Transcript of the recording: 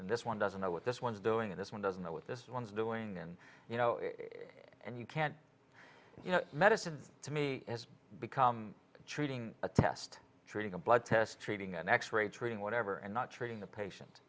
and this one doesn't know what this one is doing in this one doesn't know what this one is doing and you know and you can't you know medicine to me has become treating a test treating a blood test treating an x ray treating whatever and not treating the patient